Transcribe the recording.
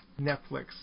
Netflix